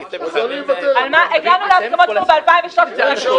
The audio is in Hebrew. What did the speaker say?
הגענו להסכמות כבר ב-2013.